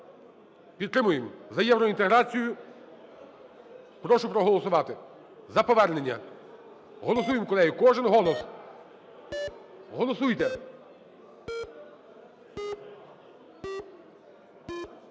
Підтримуємо за євроінтеграцію, прошу проголосувати за повернення. Голосуємо, колеги, кожен голос. Голосуйте!